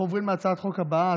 אנחנו עוברים להצעת החוק הבאה,